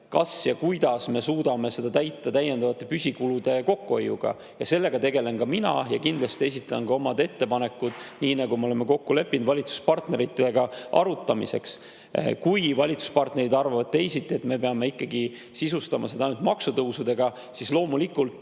siis] kuidas me suudame seda täita täiendavate püsikulude kokkuhoiuga. Sellega tegelen ka mina ja kindlasti esitan ka omad ettepanekud, nii nagu me oleme kokku leppinud, valitsuspartneritega arutamiseks. Kui valitsuspartnerid arvavad teisiti, et me peame ikkagi sisustama seda ainult maksutõusudega, siis loomulikult